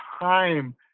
time